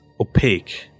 opaque